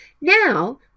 Now